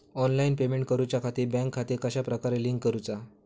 Online payment करुच्याखाती bank खाते कश्या प्रकारे लिंक करुचा?